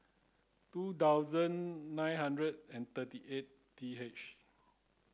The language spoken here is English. two thousand nine hundred and thirty eight T H